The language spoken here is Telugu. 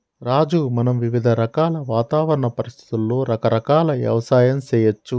రాజు మనం వివిధ రకాల వాతావరణ పరిస్థితులలో రకరకాల యవసాయం సేయచ్చు